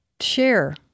share